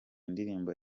indirimbo